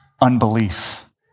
unbelief